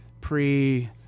pre